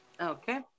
Okay